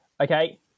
Okay